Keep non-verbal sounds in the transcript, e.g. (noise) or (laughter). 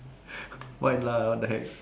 (breath) white lah what the heck